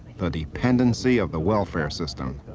the dependency of the welfare system.